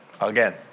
again